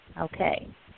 okay